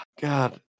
God